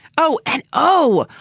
oh, and oh.